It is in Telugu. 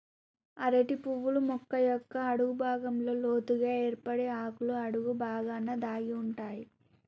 అరటి పువ్వులు మొక్క యొక్క అడుగు భాగంలో లోతుగ ఏర్పడి ఆకుల అడుగు బాగాన దాగి ఉంటాయి